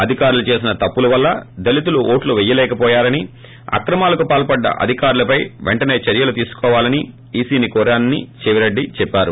అధికారులు చేసిన తప్పుల వల్ల దళితులు ఓట్లు పెయ్యలేకవోయారని అక్రమాలకు పాల్సడ్ల అధికారులపై పెంటనే చర్యలు తీసుకోవాలని ఈసీని కోరానని చెవిరెడ్డి చెప్పారు